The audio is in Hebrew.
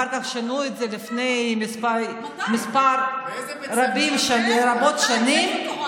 אחר כך שינו את זה לפני מספר רב של שנים, מתי?